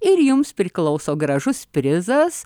ir jums priklauso gražus prizas